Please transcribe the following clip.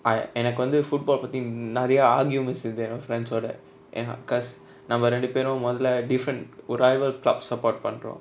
I எனக்கு வந்து:enaku vanthu football பத்தி:pathi mm நெரய:neraya arguments with and oh friends ஓட:oda and cause நம்ம ரெண்டுபேரு மொதல்ல:namma renduperu mothalla defend oh rival clubs support பன்ரோ:panro